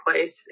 place